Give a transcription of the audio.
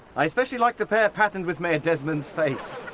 i especially like the pair patterned with mayor desmond's face!